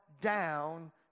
down